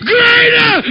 Greater